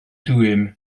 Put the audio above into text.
dwym